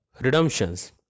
redemptions